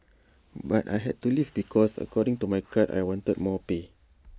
but I had to leave because according to my card I wanted more pay